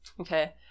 Okay